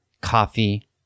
coffee